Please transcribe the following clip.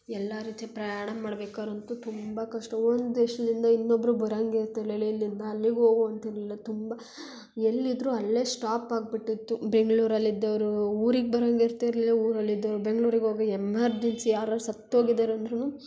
ಎಲ್ಲ ರೀತಿಯ ಪ್ರಯಾಣ ಮಾಡ್ಬೇಕಾರೆ ಅಂತೂ ತುಂಬ ಕಷ್ಟ ಒಂದು ದೇಶದಿಂದ ಇನ್ನೊಬ್ರು ಬರಂಗೆ ಇರ್ತಿರಲಿಲ್ಲ ಇಲ್ಲಿಂದ ಅಲ್ಲಿಗೆ ಹೋಗುವಂತೆ ಇರಲಿಲ್ಲ ತುಂಬ ಎಲ್ಲಿದ್ದರೂ ಅಲ್ಲೇ ಸ್ಟಾಪ್ ಆಗಿಬಿಟ್ಟಿತ್ತು ಬೆಂಗ್ಳೂರಲ್ಲಿ ಇದ್ದೋರು ಊರಿಗೆ ಬರಂಗೆ ಇರ್ತಿರಲಿಲ್ಲ ಊರಲ್ಲಿ ಇದ್ದೋರು ಬೆಂಗ್ಳೂರಿಗೆ ಹೋಗಿ ಎಮ್ಮರ್ಜೆನ್ಸಿ ಯಾರಾರೂ ಸತ್ತೋಗಿದಾರೆ ಅಂದ್ರೂ